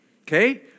Okay